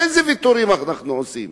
אילו ויתורים אנחנו עושים?